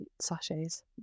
sachets